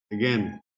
Again